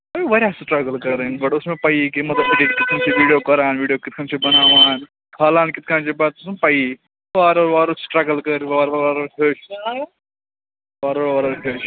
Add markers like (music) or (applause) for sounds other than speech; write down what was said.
مےٚ پےٚ واریاہ سِٹرَگٕل کَرٕنۍ گۅڈٕ اوس نہٕ مےٚ پَیی کہِ مطلب ایٚڈٹ کِتھٕ کٔنۍ چھُ ویڑیو کَران ویڑیو کِتھٕ کٔنۍ چھِ بناوان کھالان کِتھٕ کٔنۍ چھِ پَتہٕ سُہ چھُ پَیی وار وار سِٹرَگٕل کٔر وار وار ہیوٚچھ (unintelligible) وار وار ہیوٚچھ